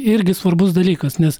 irgi svarbus dalykas nes